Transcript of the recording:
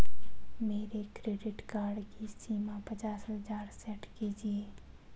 मेरे credit card की सीमा पचास हजार सेट कीजिए